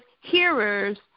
hearers